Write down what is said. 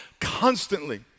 constantly